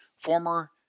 former